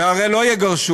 והרי לא יגרשו.